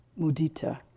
mudita